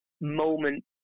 moment